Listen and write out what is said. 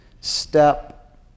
step